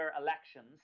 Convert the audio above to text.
elections